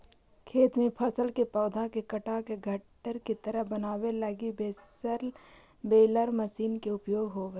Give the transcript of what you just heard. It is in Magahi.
खेत में फसल के पौधा के काटके गट्ठर के तरह बनावे लगी बेलर मशीन के उपयोग होवऽ हई